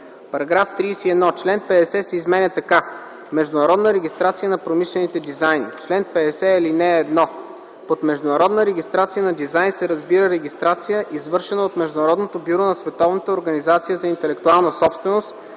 § 31. Член 50 се изменя така: „Международна регистрация на промишлените дизайни Чл. 50. (1) Под международна регистрация на дизайн се разбира регистрация, извършена от Международното бюро на